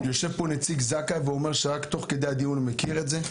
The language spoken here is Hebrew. יושב פה נציג זק"א והוא אומר שרק תוך כדי הדיון הוא מכיר את זה.